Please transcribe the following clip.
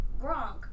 Gronk